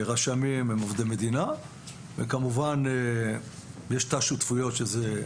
רשמים הם עובדי מדינה וכמובן יש את השותפויות שאלה הם